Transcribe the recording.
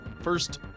first